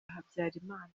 habyarimana